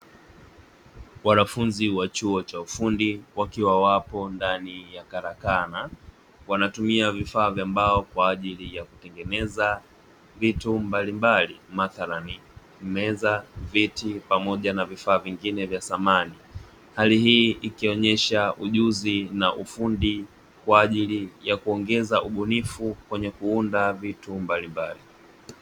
Wanafunzi wa chuo cha ufundi wakiwa wapo ndani ya karakana, wanatumia vifaa vya mbao kwa ajili ya kutengeneza vitu mbalimbali; mathalani meza, viti pamoja na vifaa vingine vya samani. Hali hii ikionyesha ujuzi na ufundi kwa ajili ya kuongeza ubunifu kwenye kuunda vitu mbalimbali.